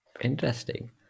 Interesting